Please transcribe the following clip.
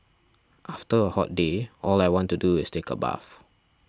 after a hot day all I want to do is take a bath